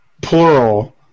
plural